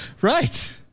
Right